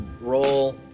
Roll